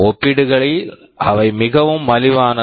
ஒப்பிடுகையில் அவை மிகவும் மலிவானது